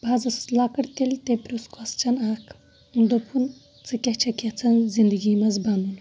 بہٕ حظ ٲسٕس لۄکٕٹ تیٚلہِ پرُژھ کوٚسچَن اَکھ دوٚپُن ژٕ کیٛاہ چھَکھ یَژھان زندگی منٛز بَنُن